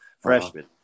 freshman